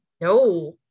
No